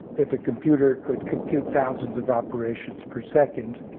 if a computer could compute thousands of operations per second,